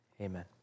amen